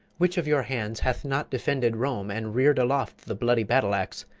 which of your hands hath not defended rome and rear'd aloft the bloody battle-axe,